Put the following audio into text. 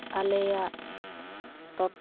ᱟᱞᱮᱭᱟᱜ ᱴᱚᱴ